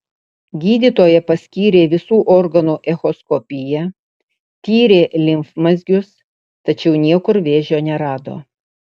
gydytoja paskyrė visų organų echoskopiją tyrė limfmazgius tačiau niekur vėžio nerado